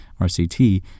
RCT